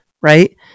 right